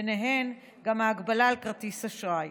ביניהן גם ההגבלה על כרטיס אשראי,